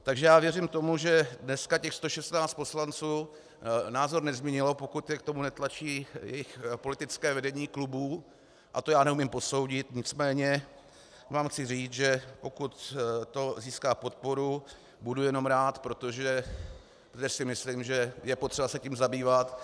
Takže já věřím tomu, že dneska těch 116 poslanců názor nezměnilo, pokud je k tomu netlačí jejich politické vedení klubů, a to já neumím posoudit, nicméně vám chci říci, že pokud to získá podporu, budu jenom rád, protože si myslím, že je potřeba se tím zabývat.